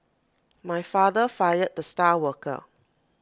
my father fired the star worker